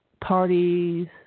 parties